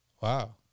Wow